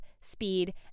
speed